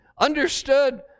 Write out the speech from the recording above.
understood